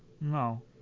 No